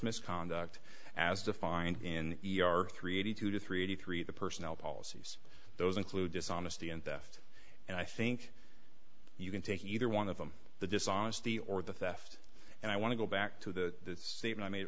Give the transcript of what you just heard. misconduct as defined in e r three eighty two to three eighty three the personnel policies those include dishonesty and theft and i think you can take either one of them the dishonesty or the theft and i want to go back to the statement i made